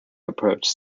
approach